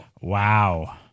Wow